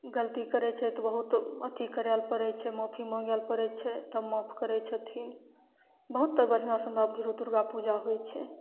गलती करय छै तऽ बहुत अथी करय लए पड़य छै माफी माँगय लए पड़य छै तब माफ करय छथिन बहुत बढ़िआँसँ हमरा भीरू दुर्गा पूजा होइ छै